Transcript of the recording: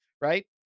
Right